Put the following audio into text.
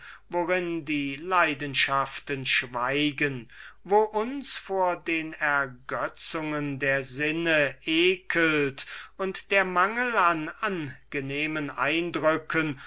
worin die leidenschaften schweigen wo uns vor den ergötzungen der sinne ekelt und der mangel an angenehmen eindrücken